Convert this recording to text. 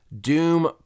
Doom